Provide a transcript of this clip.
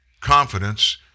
confidence